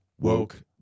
woke